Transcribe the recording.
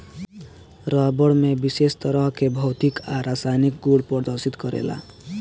रबड़ में विशेष तरह के भौतिक आ रासायनिक गुड़ प्रदर्शित करेला